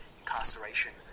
incarceration